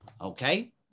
Okay